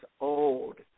old